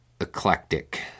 eclectic